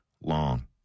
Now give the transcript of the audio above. long